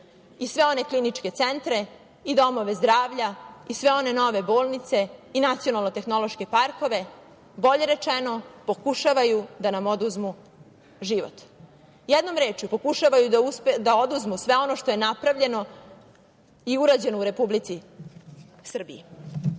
i sve one kliničke centre, domove zdravlja i sve one nove bolnice i nacionalno-tehnološke parkove. Bolje rečeno, pokušavaju da nam oduzmu život. Jednom rečju, pokušavaju da oduzmu sve ono što je napravljeno i urađeno u Republici Srbiji,